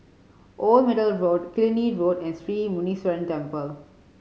Old Middle Road Killiney Road and Sri Muneeswaran Temple